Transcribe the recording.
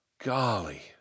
golly